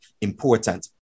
important